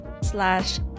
slash